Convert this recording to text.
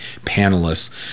panelists